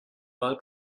mal